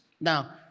Now